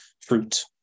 fruit